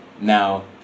now